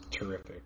terrific